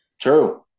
True